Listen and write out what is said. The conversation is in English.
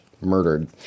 murdered